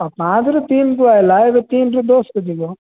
ପାଞ୍ଚରୁ ତିନ୍କୁ ଆଇଲା ଏବେ ତିନ୍ରୁ ଦଶକୁ ଯିବ